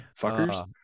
Fuckers